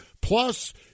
Plus